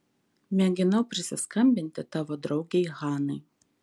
mėginau prisiskambinti tavo draugei hanai